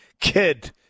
kid